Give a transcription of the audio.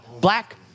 black